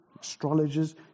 astrologers